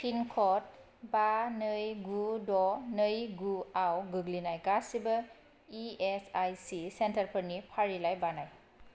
पिनक'ड बा नै गु द' नै गुआव गोग्लैनाय गासिबो इएसआइसि सेन्टार फोरनि फारिलाइ बानाय